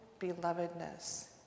belovedness